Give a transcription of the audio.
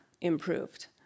improved